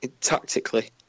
tactically